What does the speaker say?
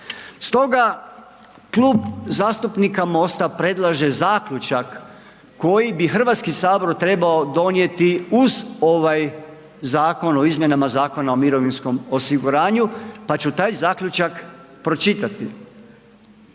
Stoga Klub zastupnika MOST-a predlaže zaključak koji bi HS trebao donijeti uz ovaj Zakon o izmjenama Zakona o mirovinskom osiguranju, pa ću taj zaključak pročitati.